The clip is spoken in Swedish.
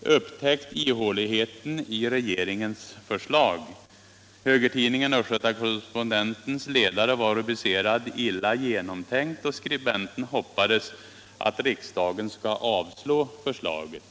upptäckt ihåligheten i regeringens förslag. Högertidningen Östgöta Correspondentens ledare var rubricerad ”Illa genomtänkt”, och skribenten hoppades att riksdagen skall avslå förslaget.